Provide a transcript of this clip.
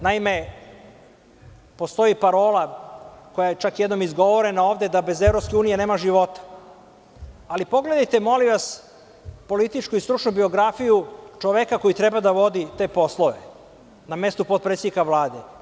Naime, postoji parola koja je čak jednom izgovorena ovde, da bez EU nema života, ali pogledajte molim vas političku i stručnu biografiju čoveka koji treba da vodi te poslove na mestu potpredsednika Vlade.